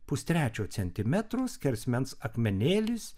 pustrečio centimetro skersmens akmenėlis